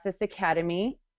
Academy